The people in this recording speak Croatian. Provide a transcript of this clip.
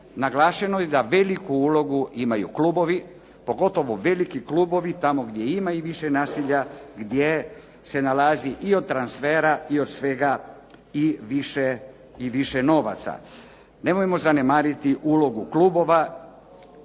naglašeno je da veliku ulogu imaju klubovi, pogotovo veliki klubovi tamo gdje ima i više naselja gdje se nalazi od transfera i od svega i više novaca. Nemojmo zanemariti ulogu klubova